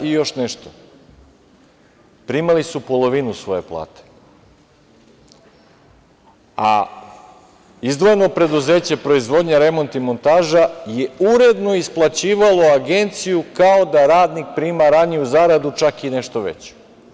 Još nešto, primali su polovini svoje plate, a izdvojeno preduzeće proizvodnja, remont i montaža je uredno isplaćivalo agenciju kao radnik prima raniju zaradu, čak i nešto veću.